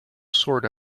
sort